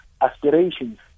aspirations